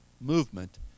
movement